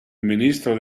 ministro